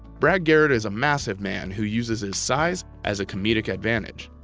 brad garrett is a massive man who uses his size as a comedic advantage.